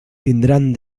tindran